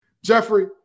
Jeffrey